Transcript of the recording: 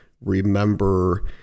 remember